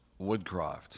Woodcroft